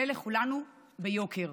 עולה לכולנו ביוקר,